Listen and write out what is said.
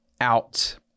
out